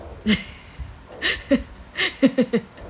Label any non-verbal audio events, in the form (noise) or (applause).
(laughs)